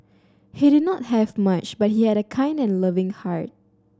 he did not have much but he had a kind and loving heart